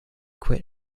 quit